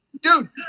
Dude